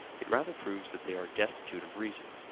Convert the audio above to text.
it rather proves that they are destitute of reason,